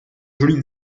joli